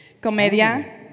Comedia